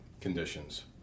conditions